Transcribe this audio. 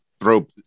throw